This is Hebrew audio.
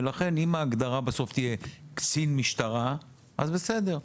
ולכן אם ההגדרה בסוף תהיה 'קצין משטרה', אז בסדר.